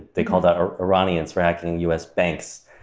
they called out ah iranians for hacking u. s. banks.